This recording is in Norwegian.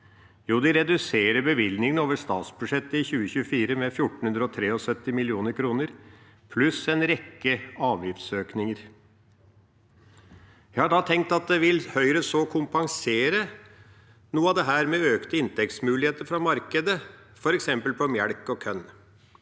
de reduserer bevilgningene over statsbudsjettet i 2024 med 1 473 mill. kr, pluss en rekke avgiftsøkninger. Jeg har da tenkt: Vil Høyre så kompensere for noe av dette med økte inntektsmuligheter fra markedet, f.eks. på melk og korn?